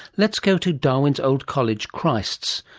let's go to darwin's old college, christ's,